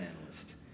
analyst